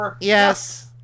Yes